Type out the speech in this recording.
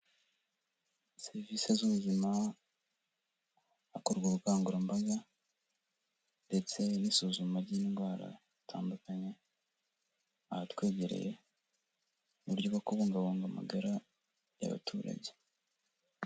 Serivisi z'ubuzima hakorwa ubukangurambaga ndetse n'isuzuma ry'indwara zitandukanye ahatwegereye mu uburyo bwo kubungabunga amagara y'abaturage.